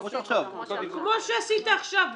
כמו שעשית עכשיו.